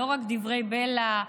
לא רק דברי בלע,